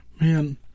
Man